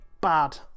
bad